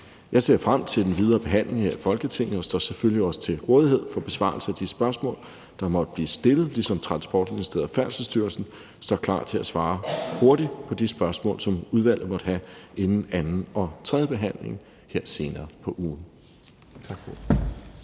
Jeg ser frem til den videre behandling her i Folketinget og står selvfølgelig også til rådighed for besvarelse af de spørgsmål, der måtte blive stillet, ligesom Transportministeriet og Færdselsstyrelsen står klar til at svare hurtigt på de spørgsmål, som udvalget måtte have inden anden- og tredjebehandlingen her senere på ugen.